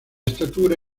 estatura